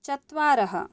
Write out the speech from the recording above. चत्वारः